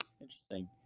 interesting